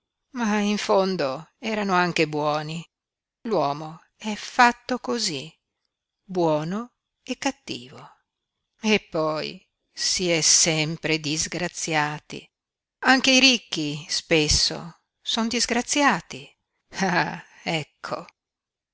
ma in fondo erano anche buoni l'uomo è fatto cosí buono e cattivo eppoi si è sempre disgraziati anche i ricchi spesso son disgraziati ah ecco